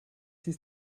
dies